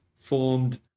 formed